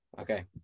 Okay